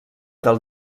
del